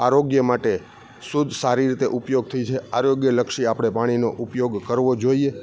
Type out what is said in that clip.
આરોગ્ય માટે શુદ્ધ સારી રીતે ઉપયોગ થઈ છે આરોગ્યલક્ષી આપણે પાણીનો ઉપયોગ કરવો જોઈએ